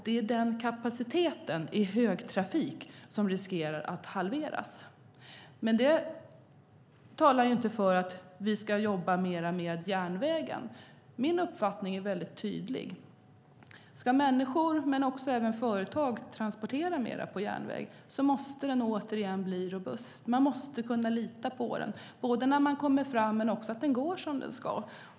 Det är kapaciteten i högtrafik som riskerar att halveras. Det talar inte för att vi ska jobba mer med järnvägen. Min uppfattning är mycket tydlig. Om människor och företag ska använda sig mer av järnvägstransporter måste järnvägen återigen bli robust. Man måste kunna lita på den och att tågen går som de ska och att man kommer fram i tid.